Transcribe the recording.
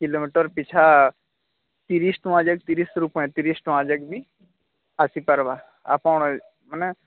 kilometre ପିଛା ତିରିଶ ଟଙ୍କା ଯେ ତିରିଶରୁ ପଇଁତିରିଶ ଟଙ୍କା ଯେ କି ଆସି ପାରିବା ଆପଣ ଏ ମାନେ